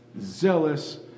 zealous